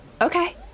Okay